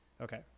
okay